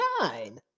nine